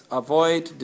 avoid